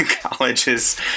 colleges